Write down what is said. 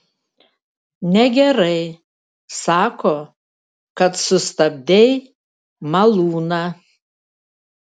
negerai sako kad sustabdei malūną